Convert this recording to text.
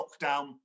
lockdown